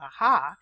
aha